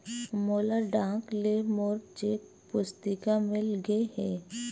मोला डाक ले मोर चेक पुस्तिका मिल गे हे